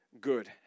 good